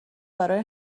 برای